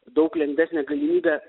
daug lengvesnę galimybę